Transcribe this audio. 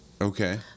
Okay